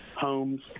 homes